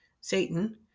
Satan